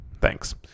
Thanks